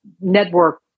network